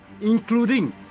including